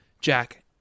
Jack